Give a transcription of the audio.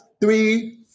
three